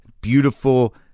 beautiful